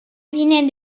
fine